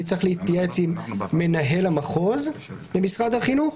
צריך להתייעץ עם מנהל המחוז במשרד החינוך,